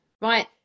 right